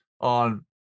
on